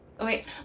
Wait